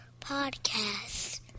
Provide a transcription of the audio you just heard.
podcast